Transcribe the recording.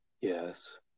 Yes